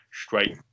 straight